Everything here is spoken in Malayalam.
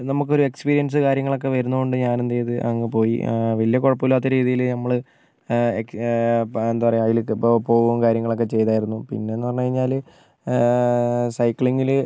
നമുക്കൊരു എക്സ്പീരിയൻസ് കാര്യങ്ങളൊക്കെ വരുന്നുണ്ട് ഞാനെന്ത് ചെയ്ത് അങ്ങ് പോയി വലിയ കുഴപ്പമില്ലാത്ത രീതിയിൽ നമ്മൾ എന്താ പറയാ അതിലേക്കൊക്കെ പോകും കാര്യങ്ങളൊക്കെ ചെയ്തായിരുന്നു പിന്നെന്നു പറഞ്ഞു കഴിഞ്ഞാൽ സൈക്കിളിങ്ങിൽ